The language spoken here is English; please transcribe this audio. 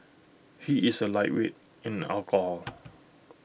he is A lightweight in alcohol